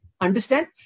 Understand